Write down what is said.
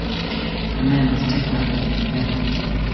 ah man was definitely getting the better of me.